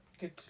Good